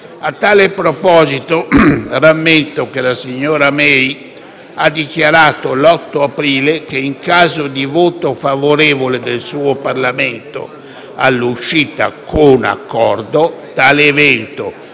ha dichiarato l'8 aprile che, in caso di voto favorevole del suo Parlamento all'uscita con accordo, tale evento, avverrà in data 22 maggio